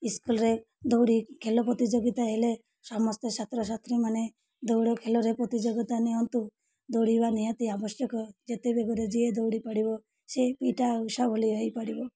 ସ୍କୁଲ୍ରେ ଦୌଡ଼ି ଖେଳ ପ୍ରତିଯୋଗିତା ହେଲେ ସମସ୍ତେ ଛାତ୍ରଛାତ୍ରୀମାନେ ଦୌଡ଼ ଖେଳରେ ପ୍ରତିଯୋଗିତା ନିଅନ୍ତୁ ଦୌଡ଼ିବା ନିହାତି ଆବଶ୍ୟକ ଯେତେବେଗରେ ଯିଏ ଦୌଡ଼ି ପାରିବ ସେ ପି ଟି ଉଷା ଭଳି ହେଇପାରିବ